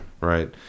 right